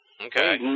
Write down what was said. Okay